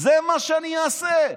זה מה שאני אעשה,